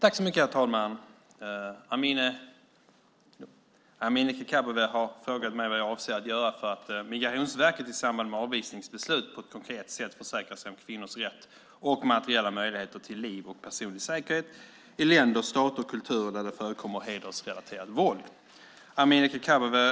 Herr talman! Amineh Kakabaveh har frågat mig vad jag avser att göra för att Migrationsverket i samband med avvisningsbeslut på ett konkret sätt försäkrar sig om kvinnors rätt och materiella möjlighet till liv och personlig säkerhet i länder, stater och kulturer där det förekommer hedersrelaterat våld. Amineh Kakabaveh har också frågat vad jag avser att göra för att Migrationsverkets personal ska ges möjligheter att förkovra sig i frågor som rör sådana länder, stater och kulturer.